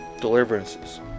Deliverances